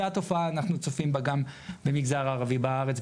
אותה תופעה אנחנו צופים גם במגזר הערבי בארץ,